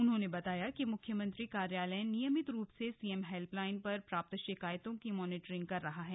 उन्होंने बताया कि मुख्यमंत्री कार्यालय नियमित रूप से सीएम हेल्पलाइन पर प्राप्त शिकायतों की मॉनिटरिंग कर रहा है